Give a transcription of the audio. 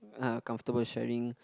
uh comfortable sharing